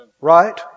Right